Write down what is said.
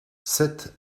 sept